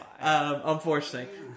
unfortunately